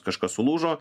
kažkas sulūžo